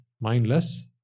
Mindless